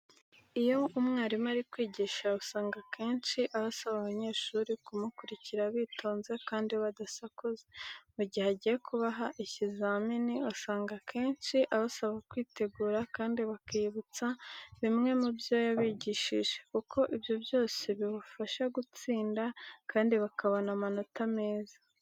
Iyo umwarimu ari kwigisha usanga akenshi aba asaba abanyeshuri kumukurikira bitonze kandi badasakuza. Mu gihe agiye kubaha ikizamini, usanga akenshi abasaba kwitegura kandi bakiyibutsa bimwe mu byo yabigishije kuko ibyo byose bibafasha gutsinda kandi bakabona amanota meza.